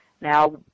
Now